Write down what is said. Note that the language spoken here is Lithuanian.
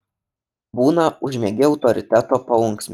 būna užmiegi autoriteto paunksmėje